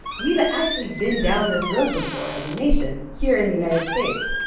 we've actually been down this road before as a nation here in the united states.